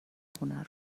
خونه